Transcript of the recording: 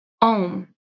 Om